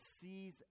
sees